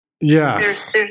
yes